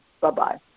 Bye-bye